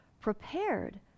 prepared